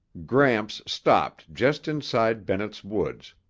gramps stopped just inside bennett's woods,